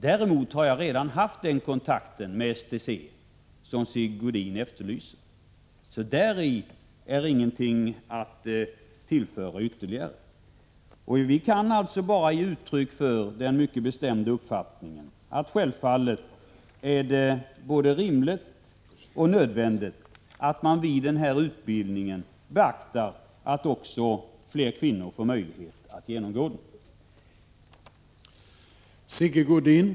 Däremot har jag redan haft den kontakt med STC som Sigge Godin efterlyser. Där är det ingenting ytterligare att tillföra. Vi kan alltså ge uttryck för den mycket bestämda uppfattningen att det självfallet är både rimligt och nödvändigt att man ser till att också fler kvinnor får möjlighet att genomgå denna utbildning.